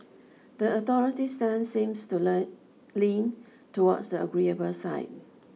the authorities' stance seems to learn lean towards the agreeable side